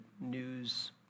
news